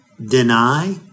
deny